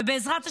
ובעזרת השם,